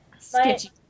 Sketchy